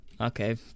Okay